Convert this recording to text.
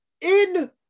in-